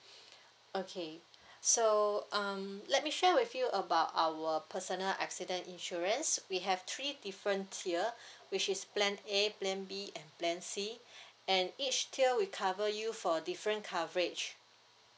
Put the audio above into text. okay so um let me share with you about our personal accident insurance we have three different tier which is plan a plan b and plan c and each tier we cover you for different coverage